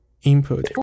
input